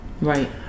right